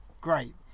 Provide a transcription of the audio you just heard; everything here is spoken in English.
great